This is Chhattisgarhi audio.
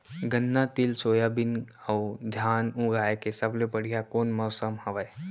गन्ना, तिल, सोयाबीन अऊ धान उगाए के सबले बढ़िया कोन मौसम हवये?